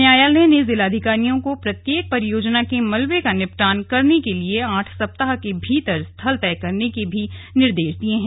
न्यायालय ने जिलाधिकारियों को प्रत्येक परियोजना के मलबे का निपटान करने के लिए आठ सप्ताह के भीतर स्थल तय करने के भी निर्देश दिए हैं